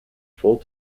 full